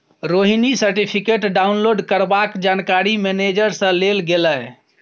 Rohini certificate download करबाक जानकारी manager सँ लेल गेलै